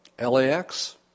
LAX